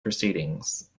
proceedings